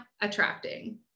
attracting